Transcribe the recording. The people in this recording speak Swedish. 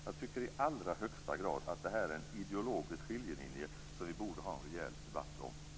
Jag tycker att det i allra högsta grad är en ideologisk skiljelinje som vi borde ha en rejäl debatt om.